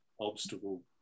obstacle